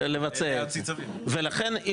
ולכן,